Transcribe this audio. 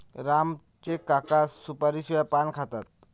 राम चे काका सुपारीशिवाय पान खातात